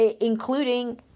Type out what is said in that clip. including